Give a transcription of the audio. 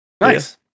Nice